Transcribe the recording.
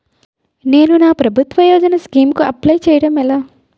నేను నా ప్రభుత్వ యోజన స్కీం కు అప్లై చేయడం ఎలా?